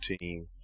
team